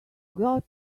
got